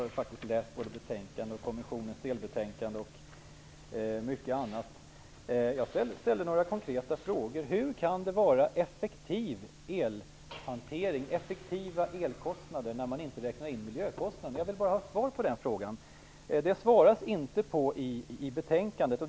Herr talman! Jag har faktiskt läst både betänkandet, kommissionens delbetänkande och mycket annat. Jag ställde några konkreta frågor. Hur kan det vara effektiv elhantering och effektiva elkostnader när man inte räknar in miljökostnaderna? Jag vill ha svar på den frågan. Den besvaras inte i betänkandet.